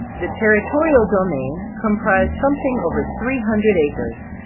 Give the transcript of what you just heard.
the territorial domain com prised something over three hundred acres.